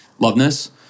Loveness